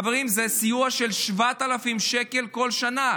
חברים, זה סיוע של 7,000 שקל בכל שנה.